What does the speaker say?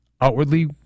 outwardly